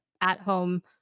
at-home